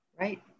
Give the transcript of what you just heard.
Right